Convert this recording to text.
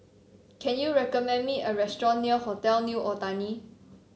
can you recommend me a restaurant near Hotel New Otani